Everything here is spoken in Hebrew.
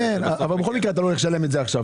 אבל גם כשהוא עובר אתה לא הולך לשלם את זה עכשיו.